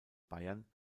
bayern